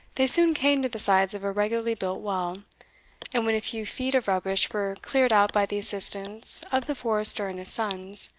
they soon came to the sides of a regularly-built well and when a few feet of rubbish were cleared out by the assistance of the forester and his sons,